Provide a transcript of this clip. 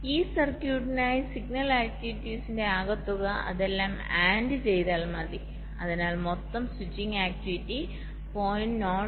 ഈ സർക്യൂട്ടിനായി സിഗ്നൽ ആക്ടിവിറ്റീസിന്റെ ആകെത്തുക അതെല്ലാം ആഡ് ചെയ്താൽ മതി അതിനാൽ മൊത്തം സ്വിച്ചിംഗ് ആക്ടിവിറ്റി 0